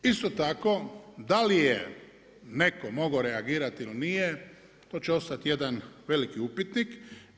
Isto tako, da li je neko mogao reagirati ili nije, to će ostati jedan veliki upitnik.